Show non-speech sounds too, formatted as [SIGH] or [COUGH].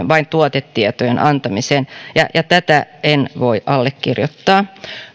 [UNINTELLIGIBLE] vain tuotetietojen antamiseen tätä en voi allekirjoittaa